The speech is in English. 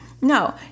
No